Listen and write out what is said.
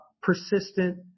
persistent